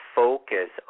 focus